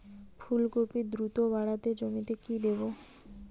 ফুলকপি দ্রুত বাড়াতে জমিতে কি দেবো?